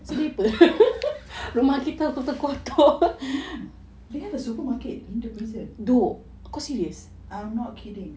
they have a supermarket in the prison I'm not kidding